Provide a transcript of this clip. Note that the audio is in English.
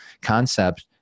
concept